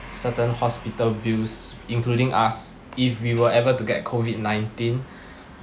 certain hospital bills including us if we were able to get COVID nineteen